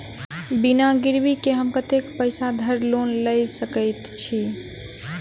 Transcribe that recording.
बिना गिरबी केँ हम कतेक पैसा धरि लोन गेल सकैत छी?